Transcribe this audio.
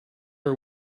are